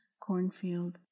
cornfield